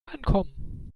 ankommen